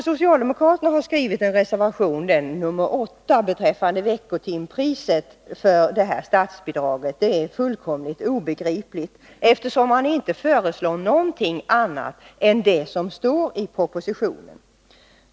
Socialdemokraternas reservation nr 8 beträffande veckotimpriset för statsbidraget i fråga om hemspråk är fullkomligt obegripligt. Förslaget överensstämmer ju helt med vad som sägs i propositionen.